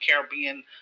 Caribbean